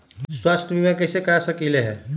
स्वाथ्य बीमा कैसे करा सकीले है?